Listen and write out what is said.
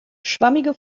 schwammige